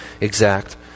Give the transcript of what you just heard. exact